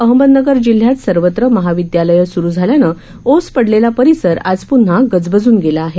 अहमदनगर जिल्ह्यात सर्वत्र महाविद्यालये सुरु झाल्याने ओस पडलेला परिसर आज प्न्हा गजबजून गेला आहे